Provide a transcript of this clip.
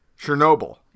Chernobyl